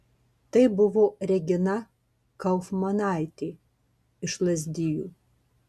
tai buvo regina kaufmanaitė iš lazdijų